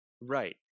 Right